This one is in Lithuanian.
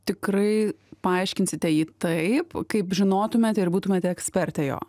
tikrai paaiškinsite jį taip kaip žinotumėte ir būtumėte ekspertė jo